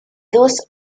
those